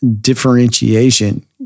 differentiation